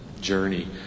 journey